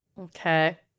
Okay